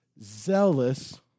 Zealous